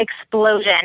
explosion